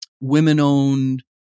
women-owned